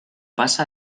pasa